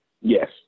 Yes